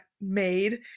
made